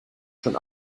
schon